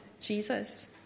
Jesus